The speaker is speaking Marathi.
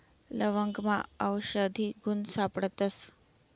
लवंगमा आवषधी गुण सापडतस